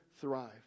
thrive